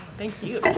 thank you.